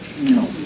No